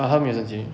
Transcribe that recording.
她她没有生气